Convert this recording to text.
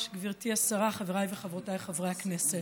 חבריי וחברותי חבריי הכנסת,